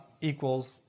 equals